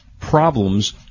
problems